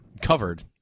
covered